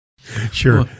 Sure